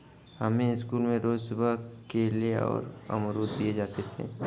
हमें स्कूल में रोज सुबह केले और अमरुद दिए जाते थे